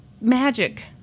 magic